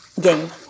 game